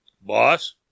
Boss